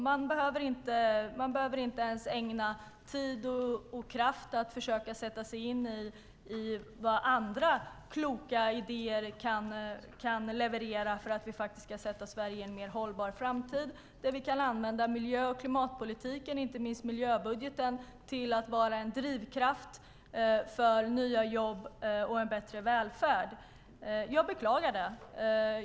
Man behöver inte ens ägna tid och kraft åt att försöka sätta sig in i andras kloka idéer som kan ge Sverige en mer hållbar framtid och där vi kan använda miljö och klimatpolitiken och inte minst miljöbudgeten som en drivkraft för nya jobb och en bättre välfärd. Jag beklagar det.